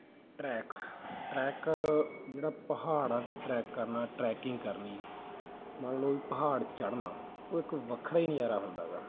track trek ਜਿਹੜਾ ਪਹਾੜੜਾਂ 'ਤੇ ਟਰੈਕ ਕਰਨਾ ਟਰੈਕਿੰਗ ਕਰਨੀ ਮੰਨ ਲਓ ਵੀ ਪਹਾੜ ਚੜ੍ਹਨਾ ਉਹ ਇੱਕ ਵੱਖਰਾ ਹੀ ਨਜ਼ਾਰਾ ਹੁੰਦਾ ਹੈਗਾ